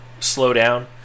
slowdown